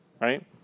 right